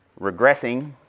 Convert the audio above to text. regressing